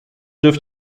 dürfte